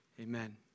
Amen